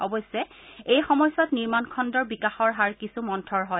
অৱশ্যে এই সময়ছোৱাত নিৰ্মাণ খণ্ডৰ বিকাশৰ হাৰ কিছু মন্থৰ হয